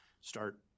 start